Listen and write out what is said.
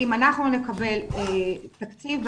אם אנחנו נקבל תקציב,